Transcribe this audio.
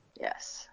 Yes